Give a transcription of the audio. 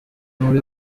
muri